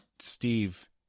Steve